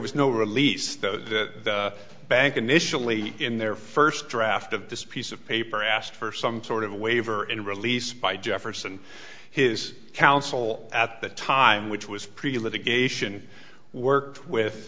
was no release that bank initially in their first draft of this piece of paper asked for some sort of a waiver and release by jefferson his counsel at the time which was pretty litigation work